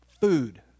food